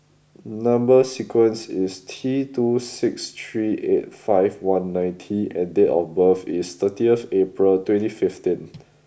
number sequence is T two six three eight five one nine T and date of birth is thirtieth April twenty fifteen